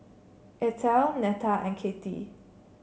Ethel Netta and Cathy